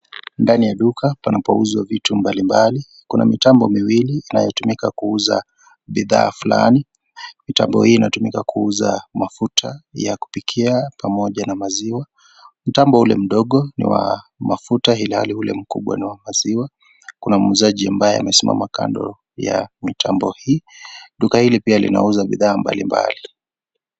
Ndani ya duka panapouzwa vitu mbalimbali. Kuna mitambo miwili inayotumika kuuza bidhaa fulani. Mitambo hii inatumika kuuza mafuta ya kupikia pamoja na maziwa. Mtambo ule mdogo ni wa mafuta ilhali ule mkubwa ni wa maziwa. kuna mwuzaji ambaye amesimama kando ya mitambo hii. Duka hili pia linauza bidhaa mbalimbali.